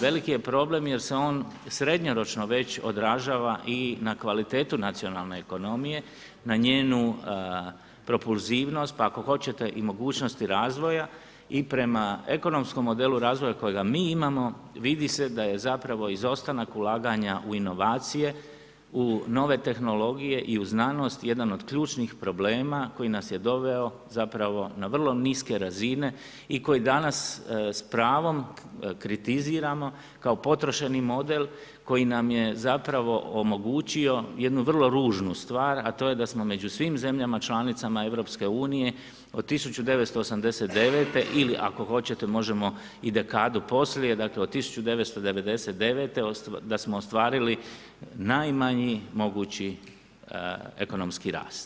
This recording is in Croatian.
Veliki je problem jer se on srednjoročno već odražava i na kvalitetu nacionalne ekonomije, na njenu propulzivnost, pa ako hoćete i mogućnosti razvoja i prema ekonomskom modelu razvoja kojega mi imamo, vidi se da je zapravo izostanak ulaganja u inovacije, u nove tehnologije i u znanost jedan od ključnih problema koji nas je doveo zapravo na vrlo niske razine i koji danas s pravom kritiziramo kao potrošeni model koji nam je zapravo omogućio jednu vrlo ružnu stvar, a to je da smo među svim zemljama članicama EU od 1989. ili ako hoćete, možemo i dekadu poslije, dakle od 1999., da smo ostvarili najmanji mogući ekonomski rast.